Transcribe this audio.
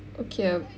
okay um